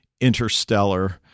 Interstellar